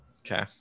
Okay